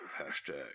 hashtag